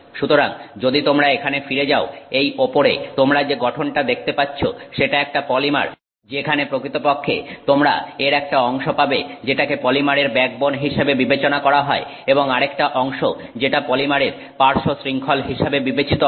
সুতরাং যদি তোমরা এখানে ফিরে যাও এই ওপরে তোমরা যে গঠনটা দেখতে পাচ্ছ সেটা একটা পলিমার যেখানে প্রকৃতপক্ষে তোমরা এর একটা অংশ পাবে যেটাকে পলিমারের ব্যাকবোন হিসেবে বিবেচনা করা হয় এবং আরেকটা অংশ যেটা পলিমারের পার্শ্বশৃংখল হিসাবে বিবেচিত হয়